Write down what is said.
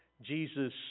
Jesus